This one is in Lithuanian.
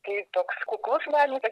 tai toks kuklus menininkas